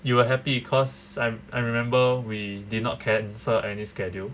you were happy cause I I remember we did not cancel any schedule